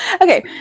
Okay